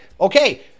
okay